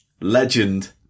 legend